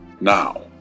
Now